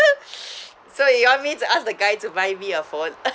so you want me to ask the guy to buy me a phone